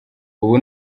ubu